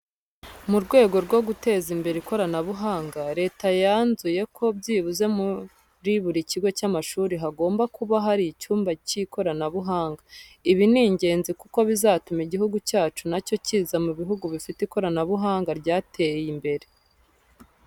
Mu rwego rwo guteza imbere ikoranabuhanga, Leta yanzuye ko byibuze muri buri kigo cy'amashuri hagomba buka hari icyumba cy'ikoranabuhanga. Ibi ni ingenzi kuko bizatuma Igihugu cyacu na cyo kiza mu buhugi bifite ikoranabuhanga ryateye imbere.